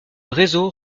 réseau